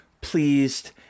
pleased